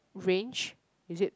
range is it